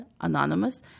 anonymous